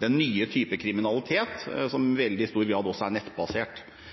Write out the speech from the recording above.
den nye type kriminalitet, som i veldig stor grad også er nettbasert.